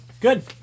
Good